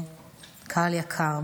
קהל יקר,